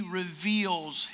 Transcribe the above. reveals